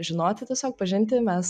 žinoti tiesiog pažinti mes